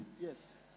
Yes